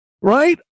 Right